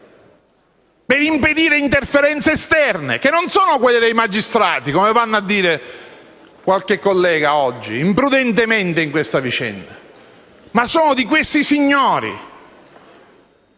per impedire interferenze esterne, che non sono quelle dei magistrati, come ha detto qualche collega oggi, imprudentemente, in questa vicenda. Le influenze sono di quei signori